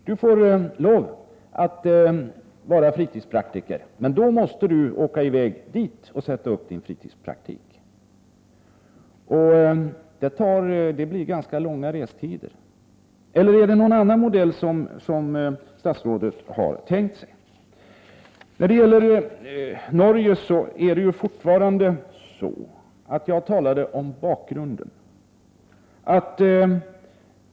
Du får lov att vara fritidspraktiker, men då måste du åka i väg dit eller dit och sätta upp din fritidspraktik. Det blir långa restider. Eller är det någon annan modell statsrådet har tänkt sig? När det gäller Norge talar jag fortfarande om bakgrunden.